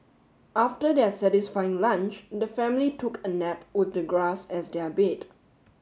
after their satisfying lunch the family took a nap with the grass as their bed